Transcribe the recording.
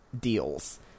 deals